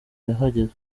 yahageze